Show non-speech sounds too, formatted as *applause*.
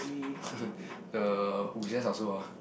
*laughs* the Wu-Xia is also what